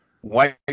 white